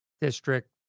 district